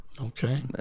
okay